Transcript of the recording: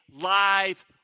live